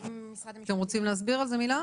אם משרד המשפטים --- אתם רוצים להסביר על זה מילה?